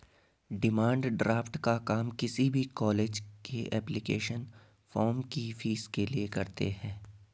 demand draft का काम किसी भी कॉलेज के एप्लीकेशन फॉर्म की फीस के लिए करते है